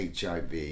HIV